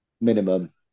Minimum